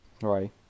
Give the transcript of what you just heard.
Right